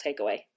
takeaway